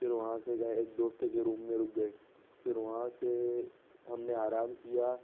پھر وہاں سے گئے ایک دوست کے روم میں رک گئے پھر وہاں سے ہم نے آرام کیا